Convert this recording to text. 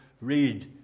read